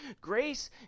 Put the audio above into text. grace